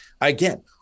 again